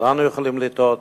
כולנו יכולים לטעות,